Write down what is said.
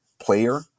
player